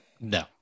No